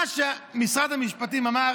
מה שמשרד המשפטים אמר,